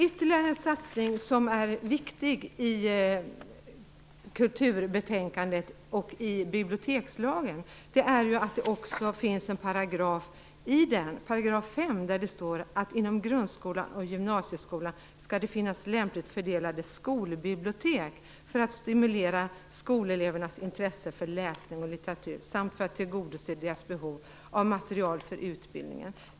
Ytterligare en satsning som är viktig i kulturbetänkandet är paragrafen i bibliotekslagen -§ 5 - där det står att det inom grundskolan och gymnasieskolan skall finnas lämpligt fördelade skolbibliotek för att stimulera skolelevernas intresse för läsning och litteratur samt för att tillgodose deras behov av material för utbildningen.